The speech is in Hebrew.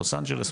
לוס אנג'לס,